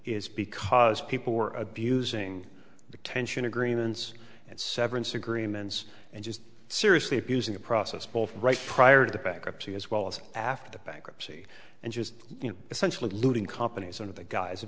is because people were abusing detention agreements and severance agreements and just seriously abusing the process both right prior to the bankruptcy as well as after the bankruptcy and just you know essentially looting companies under the guise of